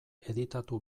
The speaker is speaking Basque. editatu